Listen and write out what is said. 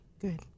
good